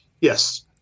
Yes